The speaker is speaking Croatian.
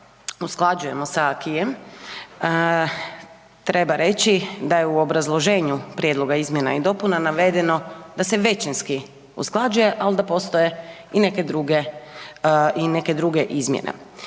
usklađujemo s acquiem treba reći da je u obrazloženju prijedloga izmjena i dopuna navedeno da se većinski usklađuje ali i da postoje i neke druge i neke